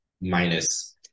minus